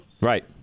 right